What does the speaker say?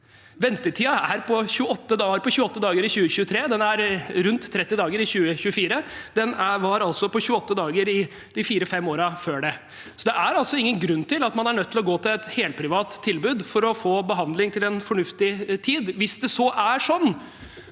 ventetiden var på 28 dager i 2023, og den er rundt 30 dager i 2024. Den var på 28 dager i de fire–fem årene før det, så det er altså ingen grunn til at man er nødt til å gå til et helprivat tilbud for å få behandling til fornuftig tid. Hvis det er sånn,